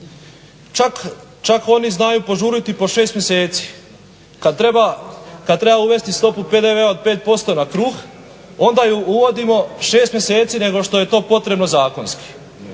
Čak oni znaju požuriti po 6 mjeseci, kad treba uvesti stopu PDV-a od 5% na kruh onda ju uvodimo 6 mjeseci nego što je to potrebno zakonski.